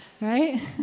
Right